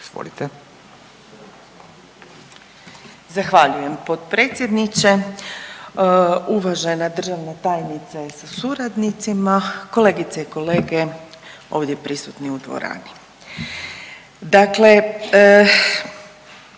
Zahvaljujem potpredsjedniče. Uvažena državna tajnice sa suradnicima, kolegice i kolege ovdje prisutni u dvorani, dakle